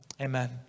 Amen